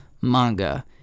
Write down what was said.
manga